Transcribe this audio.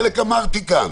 חלק אמרתי כאן,